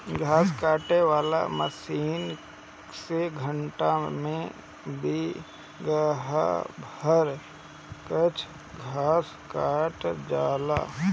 घास काटे वाला मशीन से घंटा में बिगहा भर कअ घास कटा जाला